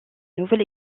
nouvelle